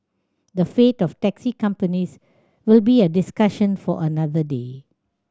the fate of taxi companies will be a discussion for another day